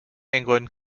england